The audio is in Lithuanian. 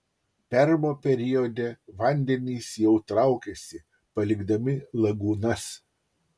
permo periode vandenys jau traukiasi palikdami lagūnas